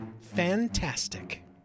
fantastic